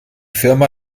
firma